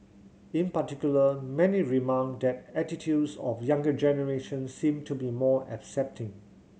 in particular many remarked that attitudes of younger generation seem to be more accepting